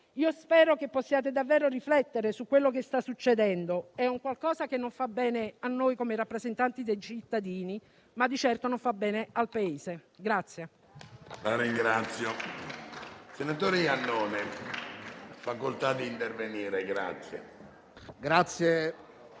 Spero che possiate davvero riflettere su quello che sta succedendo: è un qualcosa che non fa bene a noi come rappresentanti dei cittadini, ma di certo non fa bene al Paese.